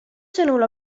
sõnul